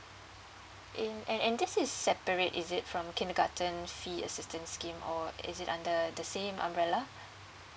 in and and this is separate is it from kindergarten fee assistance scheme or is it under the same umbrella